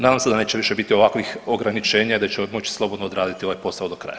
Nadam se da neće više biti ovakvih ograničenja i da ćemo moći slobodno odraditi ovaj posao do kraja.